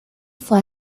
fue